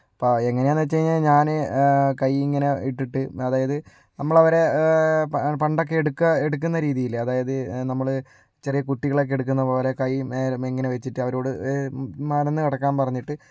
അപ്പം എങ്ങനെയാന്ന് വച്ചുകഴിഞ്ഞാല് ഞാന് കൈയിങ്ങനെ ഇട്ടിട്ട് അതായത് നമ്മളവരെ പണ്ടൊക്കെ എടുക്ക എടുക്കുന്ന രീതിയില്ലേ അതായത് നമ്മള് ചെറിയ കുട്ടികളെയൊക്കെ എടുക്കുന്നപോലെ കൈ നേരെ ഇങ്ങനെ വച്ചിട്ട് അവരോട് മലർന്ന് കിടക്കാൻ പറഞ്ഞിട്ട്